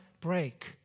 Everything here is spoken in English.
break